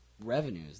revenues